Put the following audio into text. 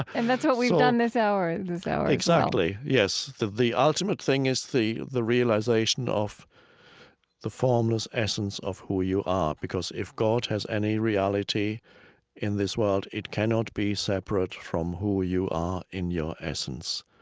and that's what we've done this hour this hour exactly. yes. the the ultimate thing is the the realization of the formless essence of who you are because if god has any reality in this world, it cannot be separate from who you are in your essence.